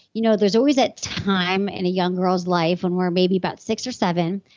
you know there's always that time in a young girl's life when we're maybe about six or seven,